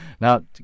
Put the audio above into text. now